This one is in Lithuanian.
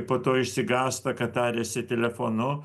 po to išsigąsta kad tariasi telefonu